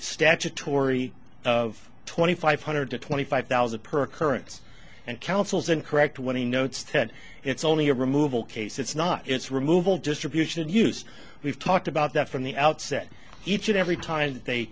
statutory of twenty five hundred to twenty five thousand per occurrence and counsels and correct when he notes that it's only a removal case it's not it's removal distribution and use we've talked about that from the outset each and every time they